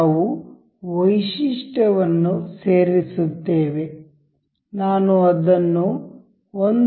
ನಾವು ವೈಶಿಷ್ಟ್ಯವನ್ನು ಸೇರಿಸುತ್ತೇವೆ ನಾನು ಅದನ್ನು 1